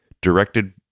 directed